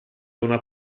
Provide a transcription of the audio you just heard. una